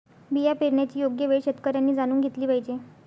बिया पेरण्याची योग्य वेळ शेतकऱ्यांनी जाणून घेतली पाहिजे